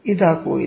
ഇതാ കോയിൽ